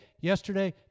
yesterday